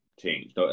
change